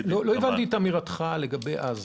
לא הבנתי את אמירתך לגבי עזה.